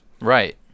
right